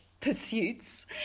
pursuits